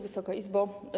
Wysoka Izbo!